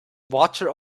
water